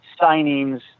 signings